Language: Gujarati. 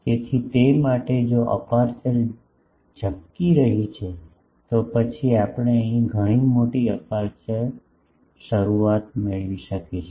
તેથી તે માટે જો અપેરચ્યોર ઝબકી રહી છે તો પછી આપણે ઘણી મોટી અપેરચ્યોર શરૂવાત મેળવી શકીશું